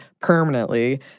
permanently